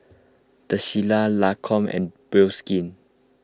the Shilla Lancome and Bioskin